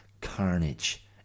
carnage